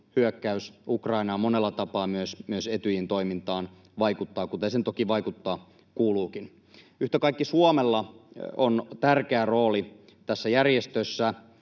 hyökkäys Ukrainaan monella tapaa myös Etyjin toimintaan vaikuttaa, kuten sen toki vaikuttaa kuuluukin. Yhtä kaikki Suomella on tärkeä rooli tässä järjestössä.